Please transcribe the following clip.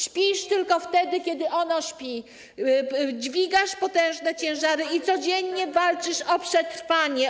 Śpisz tylko wtedy, kiedy ona śpi, dźwigasz potężne ciężary i codziennie walczysz o przetrwanie.